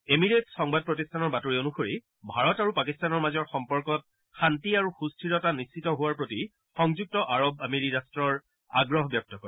Emirates সংবাদ প্ৰতিষ্ঠানৰ বাতৰি অনুসৰি ভাৰত আৰু পাকিস্তানৰ মাজৰ সম্পৰ্কত শাস্তি আৰু সুস্থিৰতা নিশ্চিত হোৱাৰ প্ৰতি সংযুক্ত আৰৱ আমিৰী ৰাষ্ট্ৰৰ আগ্ৰহ ব্যক্ত কৰে